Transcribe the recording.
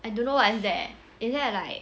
I don't know what is that is that like